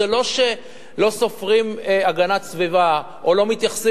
זה לא שלא סופרים הגנת סביבה או לא מתייחסים